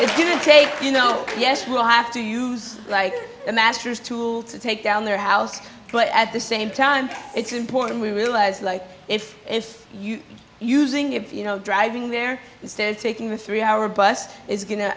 you take you know yes we'll have to use like a master's tool to take down their house but at the same time it's important we realize like if if you using if you know driving there instead of taking a three hour bus it's going to